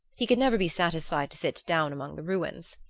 he could never be satisfied to sit down among the ruins.